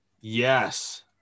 Yes